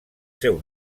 seu